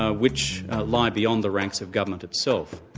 ah which lie beyond the ranks of government itself,